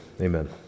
Amen